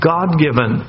God-given